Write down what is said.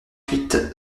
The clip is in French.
huit